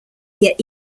yet